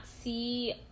see